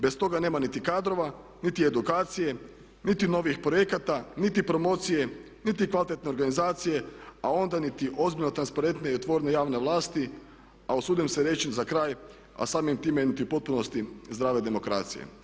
Bez toga nema niti kadrova, niti edukacije, niti novijih projekata, niti promocije, niti kvalitetne organizacije, a onda niti ozbiljno transparentne i otvorene javne vlasti a usudim se reći za kraj a samim time niti u potpunosti zdrave demokracije.